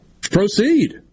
Proceed